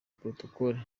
protocole